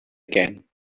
again